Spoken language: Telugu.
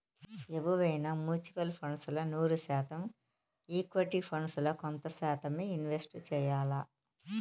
ఎవువైనా మ్యూచువల్ ఫండ్స్ ల నూరు శాతం ఈక్విటీ ఫండ్స్ ల కొంత శాతమ్మే ఇన్వెస్ట్ చెయ్యాల్ల